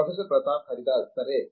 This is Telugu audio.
ప్రొఫెసర్ ప్రతాప్ హరిదాస్ సరే